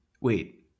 Wait